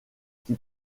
qui